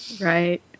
Right